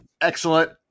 Excellent